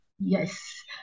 yes